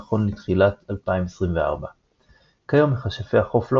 נכון לתחילת 2024. כיום "מכשפי החוף" לא